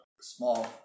small